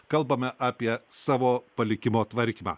kalbame apie savo palikimo tvarkymą